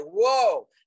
whoa